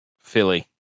Philly